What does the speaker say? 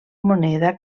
moneda